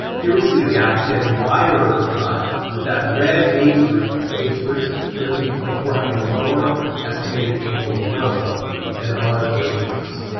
here we see the gap is getting wider over time with that red age group, age thirteen to twenty four, having lower estimated annual growth than other age groups.